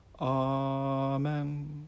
Amen